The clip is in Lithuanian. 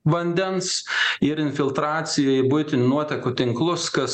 vandens ir infiltracija į buitinių nuotekų tinklus kas